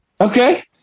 okay